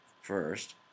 First